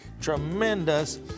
tremendous